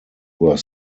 were